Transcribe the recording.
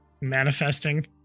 Manifesting